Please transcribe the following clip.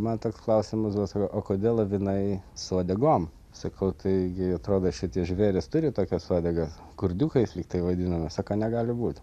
man toks klausimas buvo sakau o kodėl avinai su uodegom sakau taigi atrodo šitie žvėrys turi tokias uodegas kurdiukais lyg tai vadinama sako negali būt